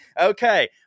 Okay